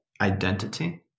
identity